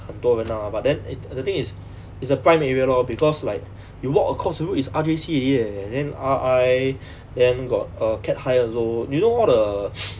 很多人 lah but then it's the thing is it's a prime area lor because like you walk across the road it's R_J_C already leh then R_I then err got cat high also you know all the